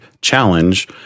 challenge